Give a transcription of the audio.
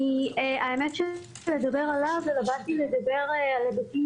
האמת שלא באתי לדבר עליו אלא באתי לדבר על היבטים